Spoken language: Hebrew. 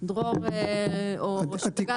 דרור או רשות הגז?